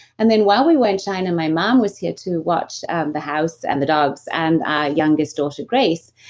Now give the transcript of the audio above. and then while we were in china, my mom was here to watch the house and the dogs and our youngest daughter, grace,